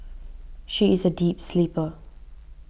she is a deep sleeper